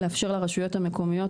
לאפשר לרשויות המקומיות,